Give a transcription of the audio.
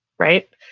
right?